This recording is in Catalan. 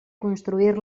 construir